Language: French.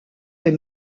est